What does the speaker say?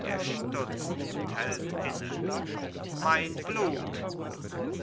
er stutzt und hält inne mein blut